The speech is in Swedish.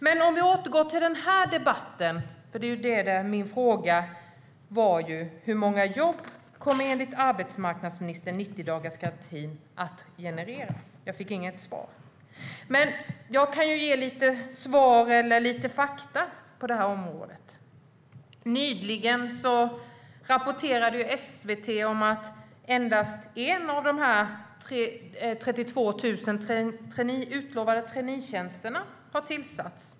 Låt oss återgå till den här debatten. Min fråga var: Hur många jobb kommer enligt arbetsmarknadsministern 90-dagarsgarantin att generera? Jag fick inget svar, men jag kan ge lite svar eller några fakta på området. Nyligen rapporterade SVT att endast en av de 32 000 utlovade traineetjänsterna har tillsatts.